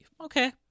Okay